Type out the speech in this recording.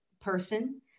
person